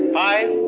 five